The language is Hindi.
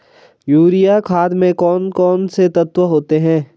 यूरिया खाद में कौन कौन से तत्व होते हैं?